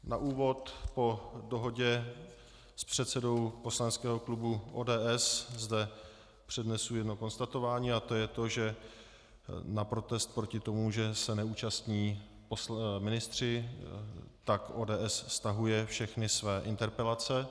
Na úvod po dohodě s předsedou poslaneckého klubu ODS zde přednesu jedno konstatování, a to je to, že na protest proti tomu, že se neúčastní ministři, tak ODS stahuje všechny své interpelace.